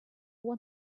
one